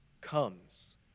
comes